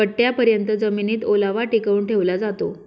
पट्टयापर्यत जमिनीत ओलावा टिकवून ठेवला जातो